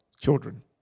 children